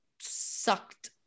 sucked